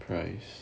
price